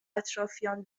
اطرافیان